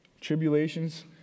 tribulations